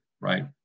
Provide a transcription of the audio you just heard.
right